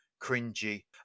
cringy